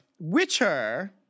witcher